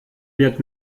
wird